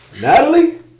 Natalie